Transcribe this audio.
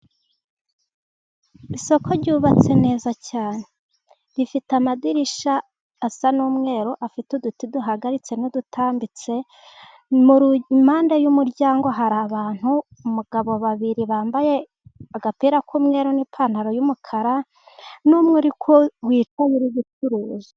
Isoko ryubatse neza cyane rifite amadirishya asa n'umweru, afite uduti duhagaritse n'udutambitse. Mu mpande y'umuryango hari abantu, abagabo babiri, uwambaye agapira k'umweru n'ipantaro y'umukara n'umwe wicaye uri gucuruza.